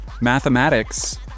mathematics